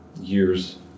years